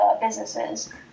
businesses